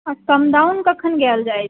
आओर समदाउन कखन गाएल जाइ छै